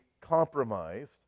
compromised